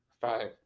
five